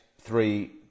three